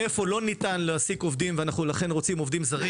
או איפה לא ניתן להעסיק עובדים ולכן אנחנו רוצים עובדים זרים.